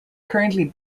currently